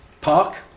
Park